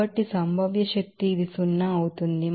కాబట్టి potential energy ఇది సున్నా అవుతుంది